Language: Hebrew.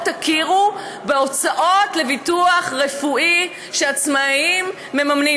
תכירו בהוצאות לביטוח רפואי שעצמאים מממנים.